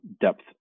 depth